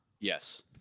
Yes